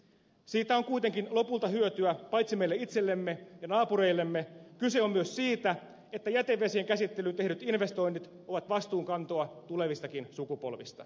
siitä on kuitenkin lopulta hyötyä meille itsellemme ja naapureillemme mutta kyse on myös siitä että jätevesien käsittelyyn tehdyt investoinnit ovat vastuunkantoa tulevistakin sukupolvista